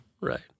Right